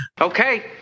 Okay